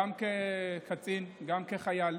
גם כקצין, גם כחייל.